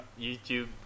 youtube